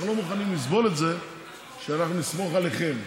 אנחנו לא מוכנים לסבול את זה שנסמוך עליכם.